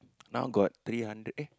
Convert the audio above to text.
now got three hundred !eh!